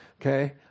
okay